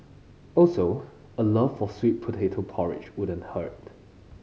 also a love for sweet potato porridge wouldn't hurt